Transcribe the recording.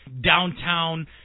downtown